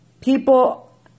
People